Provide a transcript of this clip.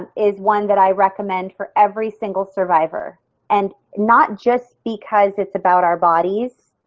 is one that i recommend for every single survivor and not just because it's about our bodies,